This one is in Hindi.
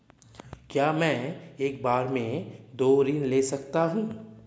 क्या मैं एक बार में दो ऋण ले सकता हूँ?